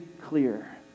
clear